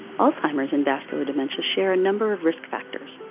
alzheimer's and vascular dementia share a number of risk factors.